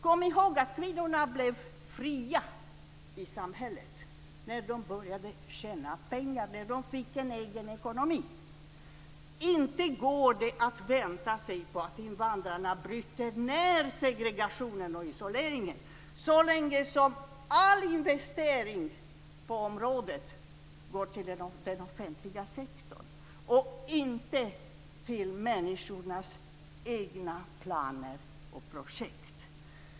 Kom ihåg att kvinnorna blev fria i samhället när de började tjäna pengar, när de fick en egen ekonomi. Inte går det att vänta sig att invandrarna bryter ned segregationen och isoleringen så länge som all investering på området går till den offentliga sektorn och inte till människornas egna planer och projekt.